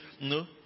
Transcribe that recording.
no